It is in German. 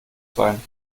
sein